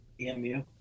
EMU